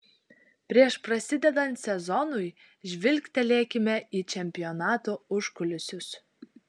prieš prasidedant sezonui žvilgtelėkime į čempionato užkulisius